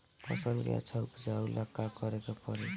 फसल के अच्छा उपजाव ला का करे के परी?